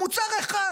מוצר אחד